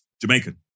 Jamaican